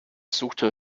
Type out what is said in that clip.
suchte